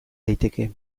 daiteke